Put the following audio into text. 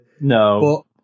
No